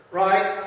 right